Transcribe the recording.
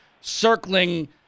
circling